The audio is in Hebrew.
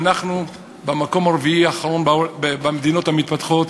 "אנחנו במקום הרביעי בין המדינות המתפתחות,